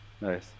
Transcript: Nice